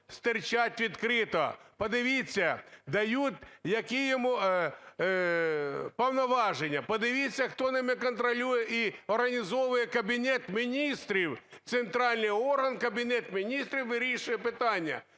стирчать відкрито. Подивіться, дають які йому повноваження. Подивіться, хто ними контролює і організовує – Кабінет Міністрів. Центральний орган – Кабінет Міністрів вирішує питання.